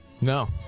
No